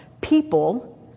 People